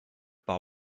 par